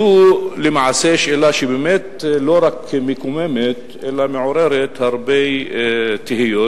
זו למעשה שאלה שבאמת לא רק מקוממת אלא מעוררת הרבה תהיות,